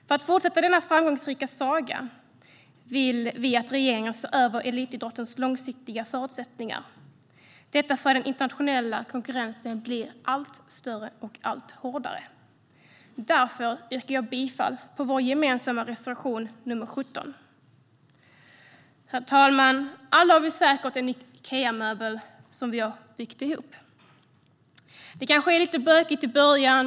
För att fortsätta denna framgångsrika saga vill vi att regeringen ska se över elitidrottens långsiktiga förutsättningar - detta för att den internationella konkurrensen blir allt större och allt hårdare. Därför yrkar jag bifall till vår gemensamma reservation nr 17. Herr talman! Alla har vi säkert en Ikeamöbel som vi har byggt ihop. Det kanske är lite bökigt i början.